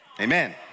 Amen